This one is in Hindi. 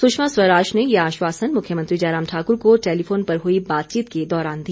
सुषमा स्वराज ने ये आश्वासन मुख्यमंत्री जयराम ठाकुर को टैलिफोन पर हुई बातचीत के दौरान दिया